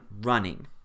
running